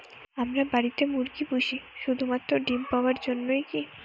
আমরা বাড়িতে মুরগি পুষি শুধু মাত্র ডিম পাওয়ার জন্যই কী?